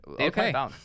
okay